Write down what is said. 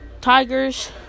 Tigers